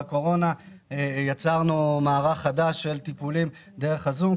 בקורונה יצרנו מערך חדש של טיפולים דרך הזום.